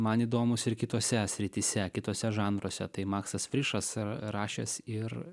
man įdomūs ir kitose srityse kituose žanruose tai maksas frišas ir rašęs ir